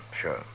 sure